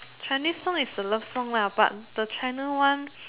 Chinese song is the love song lah but the China one